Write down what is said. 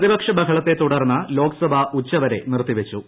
പ്രതിപക്ഷ ബഹളത്തെ തുടർന്ന് ലോക്സഭ ഉച്ചവരെ നിർത്തിവച്ചു